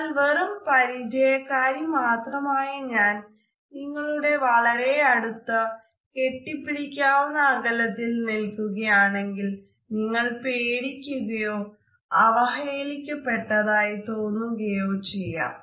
എന്നാൽ വെറും പരിചയക്കാരി മാത്രമായ ഞാൻ നിങ്ങളുടെ വളരെ അടുത്ത കെട്ടിപിടിക്കാവുന്ന അകലത്തിൽ നിൽക്കുകയാണെങ്കിൽ നിങ്ങൾ പേടിക്കുകയോ അവഹേളിക്കപെട്ടതായി തോന്നുകയോ ചെയ്യാം